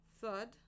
Third